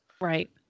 Right